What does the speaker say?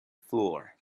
floor